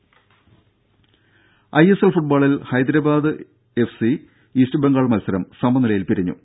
ദ്ദേ I S L ഫുട്ബോളിൽ Hyderabad F C East Bengal മത്സരം സമനിലയിൽ പിരിഞ്ഞു